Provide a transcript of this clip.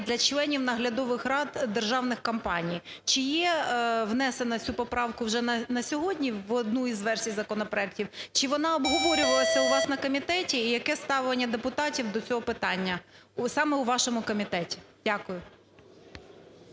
для членів наглядових рад державних компаній. Чи є внесено цю поправку вже на сьогодні в одну із версій законопроектів? Чи вона обговорювалася у вас на комітеті? І яке ставлення депутатів до цього питання саме у вашому комітеті? Дякую.